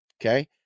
Okay